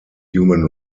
human